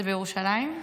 זה בירושלים.